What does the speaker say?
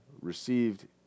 received